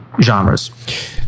genres